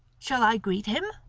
shall i greet him?